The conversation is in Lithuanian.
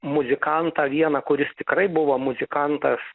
muzikantą vieną kuris tikrai buvo muzikantas